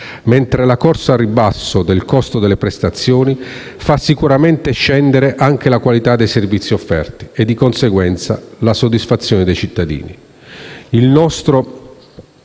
mentre la corsa al ribasso del costo delle prestazioni fa inevitabilmente scendere anche la qualità dei servizi offerti e, di conseguenza, la soddisfazione dei cittadini.